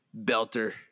belter